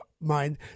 mind